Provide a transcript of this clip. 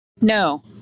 No